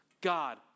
God